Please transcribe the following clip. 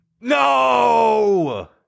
No